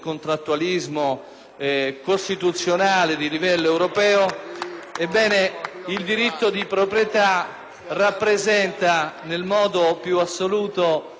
Ebbene, il diritto di proprietà rappresenta nel modo più assoluto e fondamentale l'esplicazione di questi diritti.